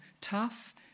tough